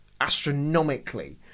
astronomically